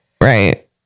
Right